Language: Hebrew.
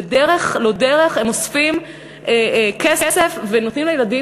בדרך לא דרך הם אוספים כסף ונותנים לילדים